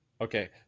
Okay